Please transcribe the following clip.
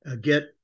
get